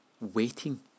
waiting